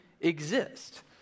exist